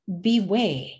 beware